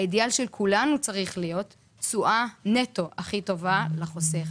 האידאל של כולנו צריך להיות תשואה נטו הכי טובה לחוסך,